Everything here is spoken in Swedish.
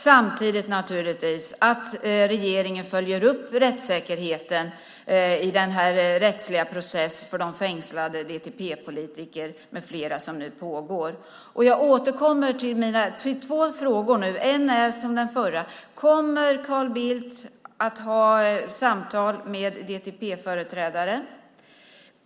Samtidigt är det viktigt att regeringen följer upp rättssäkerheten i den rättsliga process mot de fängslade DTP-politiker med flera som nu pågår. Jag har två frågor, varav den första är som förut. Kommer Carl Bildt att ha samtal med DTP-företrädare?